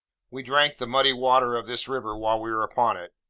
we drank the muddy water of this river while we were upon it.